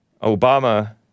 Obama